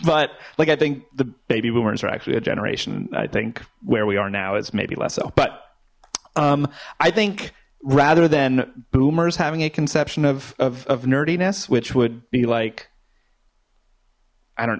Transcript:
but like i think the baby boomers are actually a generation i think where we are now is maybe less so but i think rather than boomers having a conception of nerdiness which would be like i don't